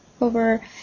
over